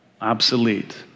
Obsolete